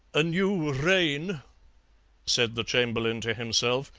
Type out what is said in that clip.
a new reign said the chamberlain to himself,